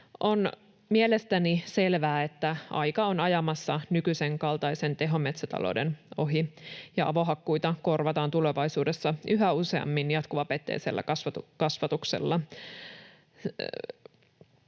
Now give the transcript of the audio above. On mielestäni selvää, että aika on ajamassa nykyisen kaltaisen tehometsätalouden ohi ja avohakkuita korvataan tulevaisuudessa yhä useammin jatkuvapeitteisellä kasvatuksella.